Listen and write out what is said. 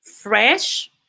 fresh